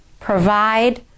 provide